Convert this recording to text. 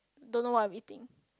don't know what I am eating